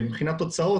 מבחינת תוצאות,